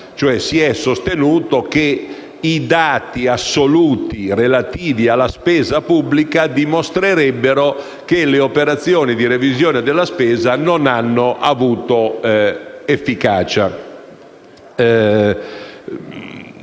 Si è cioè sostenuto che i dati assoluti relativi alla spesa pubblica dimostrerebbero che le operazioni di revisione della spesa non hanno avuto efficacia.